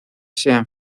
sean